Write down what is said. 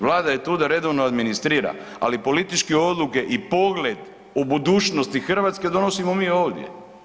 Vlada je tu da redovno administrira ali političke odluke i pogled o budućnosti Hrvatske donosimo mi ovdje.